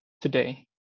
today